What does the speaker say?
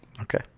Okay